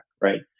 right